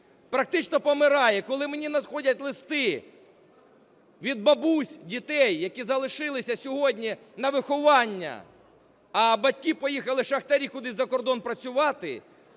практично помирає. Коли мені надходять листи від бабусь дітей, які залишилися сьогодні на виховання, а батьки поїхали, шахтарі, кудись за кордон працювати,